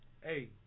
Hey